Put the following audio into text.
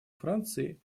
франции